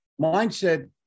Mindset